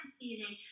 feeling